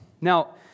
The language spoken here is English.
Now